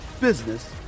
business